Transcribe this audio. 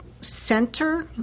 center